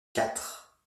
quatre